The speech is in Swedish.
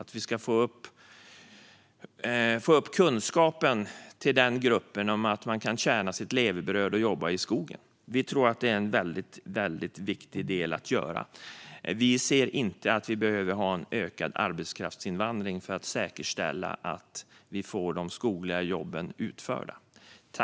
Det handlar om att få upp kunskapen hos den gruppen om att man kan förtjäna sitt levebröd genom att jobba i skogen. Vi tror att det är en viktig sak att göra. Vi ser inte att vi behöver någon ökad arbetskraftsinvandring för att säkerställa att vi får de skogliga jobben utförda.